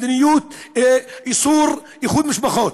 מדיניות איסור איחוד משפחות,